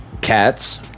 Cats